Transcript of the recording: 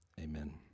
Amen